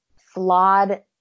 flawed